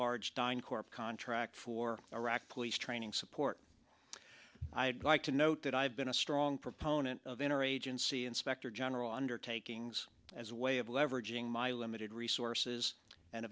large dying corp contract for iraqi police training support i'd like to note that i have been a strong proponent of inner agency inspector general undertakings as a way of leveraging my limited resources and